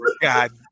God